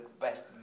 best